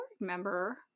member